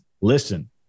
listen